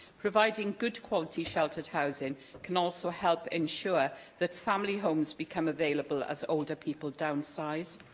providing good-quality sheltered housing can also help ensure that family homes become available as older people downsize.